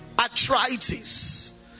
Arthritis